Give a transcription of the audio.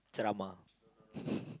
ceramah